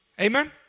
Amen